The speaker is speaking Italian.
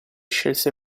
scelse